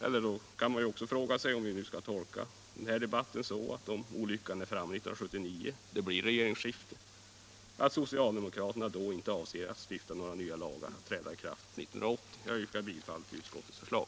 Man kan också fråga sig, om vi nu skall tolka debatten så att olyckan är framme 1979 och det blir regeringsskifte, om socialdemokraterna då inte avser att stifta några nya lagar att träda i kraft 1980. Jag yrkar bifall till utskottets förslag.